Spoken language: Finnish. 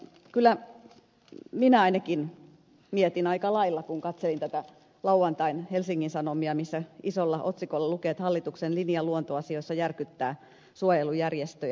kyllä minä ainakin mietin aika lailla kun katselin lauantain helsingin sanomia missä isolla otsikolla lukee että hallituksen linja luontoasioissa järkyttää suojelujärjestöjä